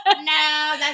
no